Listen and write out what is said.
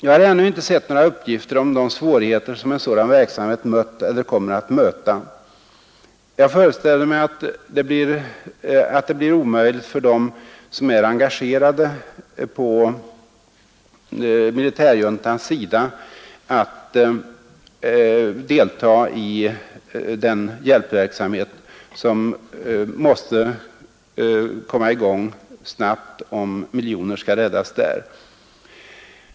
Jag har ännu inte sett några uppgifter om de svårigheter som en sådan verksamhet mött eller kommer att möta. Jag föreställer mig att det blir omöjligt för de länder som är engagerade på militärjuntans sida att delta i den hjälpverksamhet som måste komma i gång snabbt, om miljoner liv skall räddas där.